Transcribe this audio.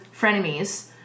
frenemies